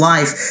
Life